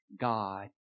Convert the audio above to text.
God